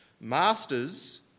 Masters